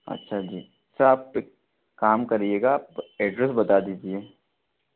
अच्छा आप एक काम करिएगा आप एड्रेस बता दीजिए